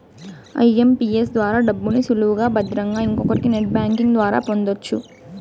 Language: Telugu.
ఐఎంపీఎస్ ద్వారా డబ్బుని సులువుగా భద్రంగా ఇంకొకరికి నెట్ బ్యాంకింగ్ ద్వారా పొందొచ్చు